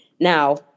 now